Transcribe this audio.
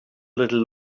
little